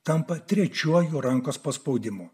tampa trečiuoju rankos paspaudimu